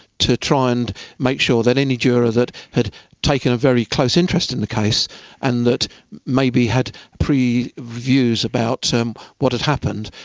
to try and make sure that any juror that had taken a very close interest in the case and that maybe had pre, views about what had happened,